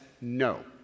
no